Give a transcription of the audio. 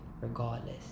regardless